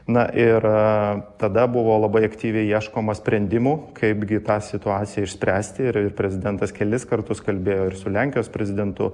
na ir tada buvo labai aktyviai ieškoma sprendimų kaipgi tą situaciją išspręsti ir ir prezidentas kelis kartus kalbėjo ir su lenkijos prezidentu